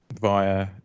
via